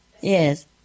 yes